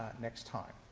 next time.